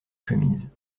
chemise